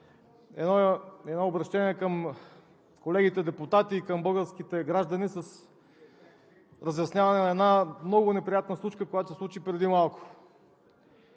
едно обръщение към колегите депутати и към българските граждани с разясняване на една много неприятна случка, която се случи преди малко.